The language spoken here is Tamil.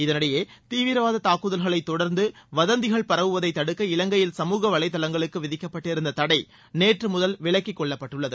இதனிடையே தீவிரவாத தாக்குதல்களை தொடர்ந்து வதந்திகள் பரவுவதை தடுக்க இலங்கையில் சமூக வலைதளங்களுக்கு விதிக்கப்பட்டிருந்த தடை நேற்று முதல் விலக்கிக்கொள்ளப்பட்டுள்ளது